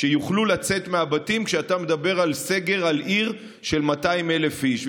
שיוכלו לצאת מהבתים כשאתה מדבר על סגר של עיר של 200,000 איש.